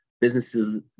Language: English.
businesses